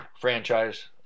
franchise